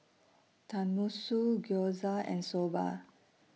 Tenmusu Gyoza and Soba